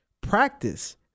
practice